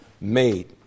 made